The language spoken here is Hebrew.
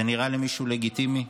זה נראה למישהו לגיטימי?